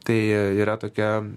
tai yra tokia